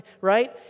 right